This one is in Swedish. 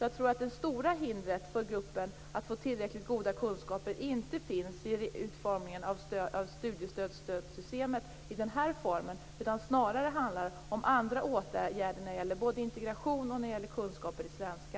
Jag tror att det stor hindret för gruppen att få tillräckligt goda kunskaper inte finns i utformning av studiestödssystemet utan att det snarare handlar om andra åtgärder när det gäller både integration och kunskaper i svenska.